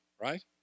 right